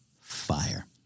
fire